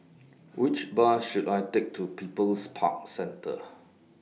Which Bus should I Take to People's Park Centre